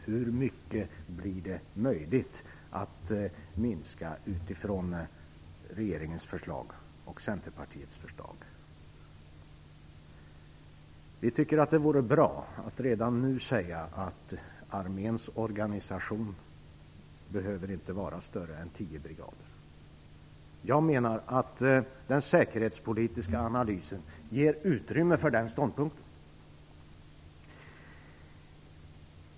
Hur mycket blir det möjligt att minska utifrån regeringens och Centerpartiets förslag? Vi tycker att det vore bra att redan nu säga att arméns organisation inte behöver vara större än tio brigader. Jag menar att den säkerhetspolitiska analysen ger utrymme för den ståndpunkten.